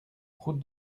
route